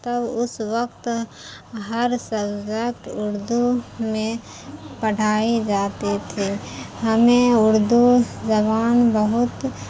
تب اس وقت ہر سبجیکٹ اردو میں پڑھائے جاتے تھے ہمیں اردو زبان بہت